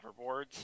hoverboards